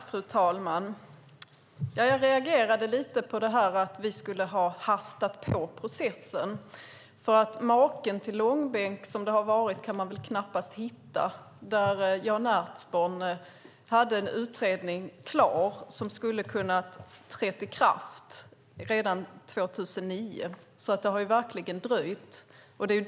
Fru talman! Jag reagerade lite på att vi skulle ha hastat fram processen, för maken till den långbänk som har varit kan man väl knappast hitta. Jan Ertsborn hade en utredning klar som skulle ha kunnat träda i kraft redan 2009, så det har verkligen dröjt.